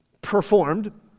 performed